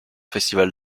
festival